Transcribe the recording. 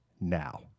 now